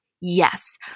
yes